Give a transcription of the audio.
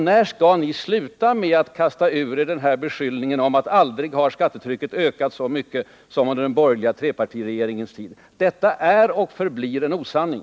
När skall ni sluta kasta ur er den här beskyllningen om att aldrig har skattetrycket ökat så mycket som under den borgerliga trepartiregeringens tid? Detta är och förblir en osanning.